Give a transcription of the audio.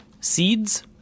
Seeds